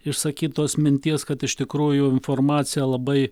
išsakytos minties kad iš tikrųjų informacija labai